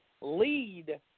lead